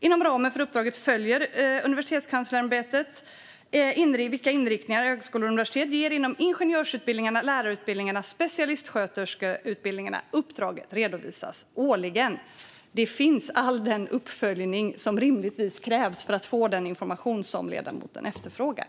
Inom ramen för uppdraget följer Universitetskanslersämbetet vilka inriktningar högskolor och universitet ger inom ingenjörsutbildningarna, lärarutbildningarna och specialistsköterskeutbildningarna. Uppdraget redovisas årligen. Det finns alltså all den uppföljning som rimligtvis krävs för att få den information som ledamoten efterfrågar.